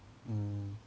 mm